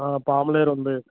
పాములేరు ఉంది